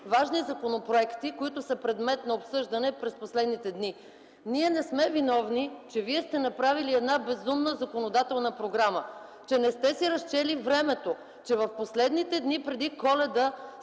важни законопроекти, които са предмет на обсъждане през последните дни. Ние не сме виновни, че вие сте направили една безумна законодателна програма, че не сте си разчели времето, че в последните дни преди Коледа